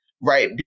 right